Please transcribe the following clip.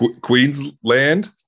Queensland